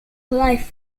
life